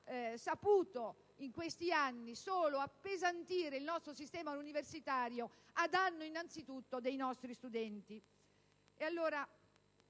saputo solo appesantire il nostro sistema universitario a danno innanzitutto dei nostri studenti.